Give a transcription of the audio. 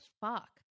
fuck